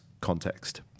context